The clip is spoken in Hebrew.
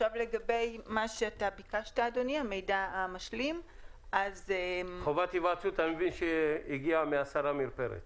אני מבין שהעניין של חובת היוועצות הגיע מהשר עמיר פרץ.